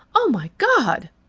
oh, my god!